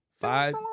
Five